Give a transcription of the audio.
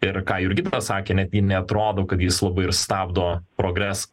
ir ką jurgita sakė netgi neatrodo kad jis labai ir stabdo progres